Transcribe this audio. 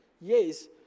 Yes